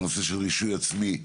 הנושא של רישוי עצמי,